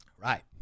Right